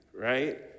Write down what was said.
right